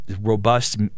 robust